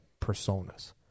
personas